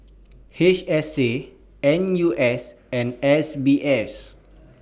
H S A N U S and S B S